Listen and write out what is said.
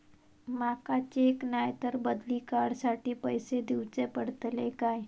माका चेक नाय तर बदली कार्ड साठी पैसे दीवचे पडतले काय?